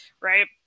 Right